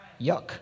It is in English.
yuck